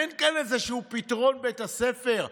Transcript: אין כאן איזשהו פתרון בית הספר.